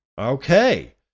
Okay